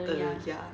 err ya